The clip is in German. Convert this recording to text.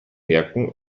merken